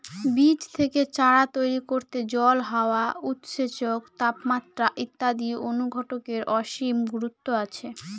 বীজ থেকে চারা তৈরি করতে জল, হাওয়া, উৎসেচক, তাপমাত্রা ইত্যাদি অনুঘটকের অসীম গুরুত্ব আছে